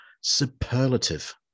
Superlative